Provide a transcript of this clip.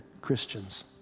Christians